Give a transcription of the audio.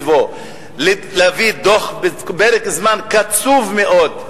להביא דוח בפרק זמן קצוב מאוד,